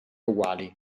uguali